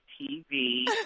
TV